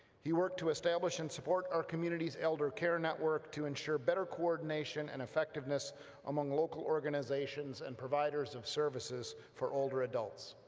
he worked to establish and support our community's eldercare network to ensure better coordination and effectiveness among local organizations and providers services for older adults.